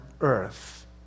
earth